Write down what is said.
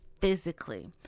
physically